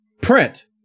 Print